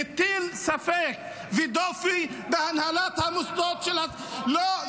הטיל ספק ודופי בהנהלת המוסדות ------ לא.